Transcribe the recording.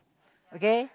okay